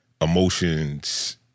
emotions